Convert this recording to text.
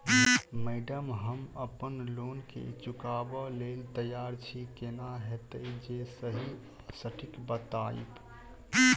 Madam हम अप्पन loan केँ चुकाबऽ लैल तैयार छी केना हएत जे सही आ सटिक बताइब?